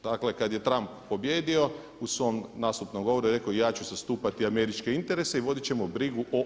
Dakle kada je Trump pobijedio u svom nastupnom govoru je rekao ja ću zastupati američke interese i voditi ćemo brigu o